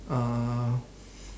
uh